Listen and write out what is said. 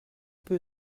peu